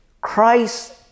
Christ